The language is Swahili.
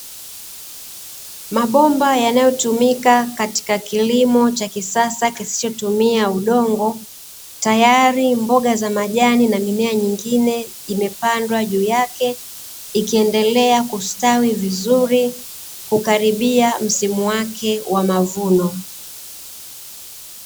Mabomba yanayo tumika katika kilimo cha kisasa kisichotumia Udongo, tayari mboga za majani na mimea nyingine imepandwa juu yake, ikiendelea kustawi vizuri kukaribia msimu wake wa mavuno.